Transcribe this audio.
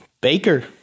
Baker